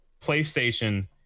PlayStation